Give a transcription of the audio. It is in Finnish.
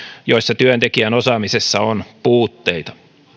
joissa työntekijän osaamisessa on puutteita